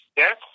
yes